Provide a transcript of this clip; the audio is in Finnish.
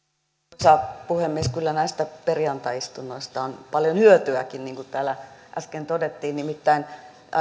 arvoisa puhemies kyllä näistä perjantai istunnoista on paljon hyötyäkin niin kuin täällä äsken todettiin nimittäin